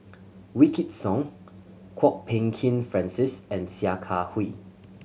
Wykidd Song Kwok Peng Kin Francis and Sia Kah Hui